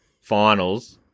finals